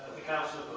the council